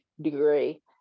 degree